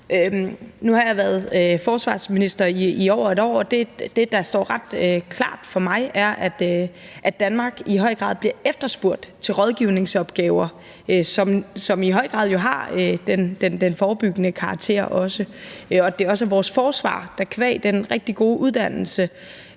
Nu har jeg været forsvarsminister i over et år, og det, der står ret klart for mig, er, at Danmark i høj grad bliver efterspurgt til rådgivningsopgaver, som i høj grad jo har den forebyggende karakter også. Det er også vores forsvar, der qua den rigtig gode uddannelse,